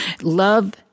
Love